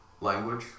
language